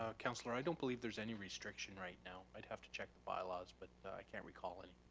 ah councilor i don't believe there's any restriction right now, i'd have to check bylaws, but i can't recall any.